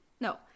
no